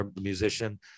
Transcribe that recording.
musician